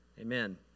Amen